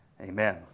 amen